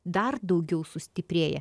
dar daugiau sustiprėja